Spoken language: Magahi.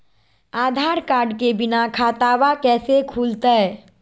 आधार कार्ड के बिना खाताबा कैसे खुल तय?